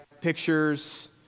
pictures